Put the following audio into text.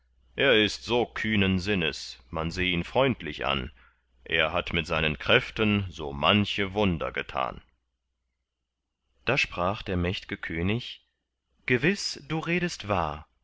er ist so kühnen sinnes man seh ihn freundlich an er hat mit seinen kräften so manche wunder getan da sprach der mächtge könig gewiß du redest wahr